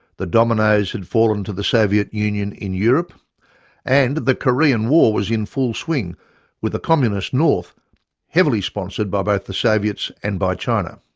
the dominoes had fallen to the soviet union in europe and the korean war was in full swing with the communist north heavily sponsored by both the soviets and by china.